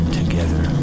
together